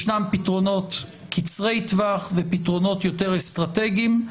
יש פתרונות קצרי טווח ופתרונות אסטרטגיים יותר.